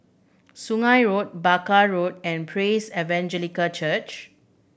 Sungei Road Barker Road and Praise Evangelical Church